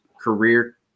career